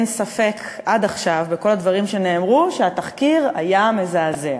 אין ספק שהתחקיר היה מזעזע.